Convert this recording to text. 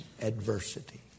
adversity